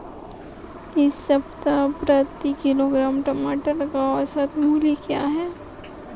इस सप्ताह प्रति किलोग्राम टमाटर का औसत मूल्य क्या है?